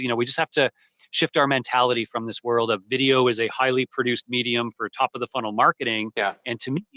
you know we just have to shift our mentality from this world of video is a highly produced medium for top of the funnel marketing yeah and to me,